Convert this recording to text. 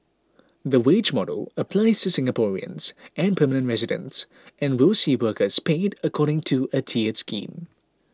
the wage model applies Singaporeans and permanent residents and will see workers paid according to a tiered scheme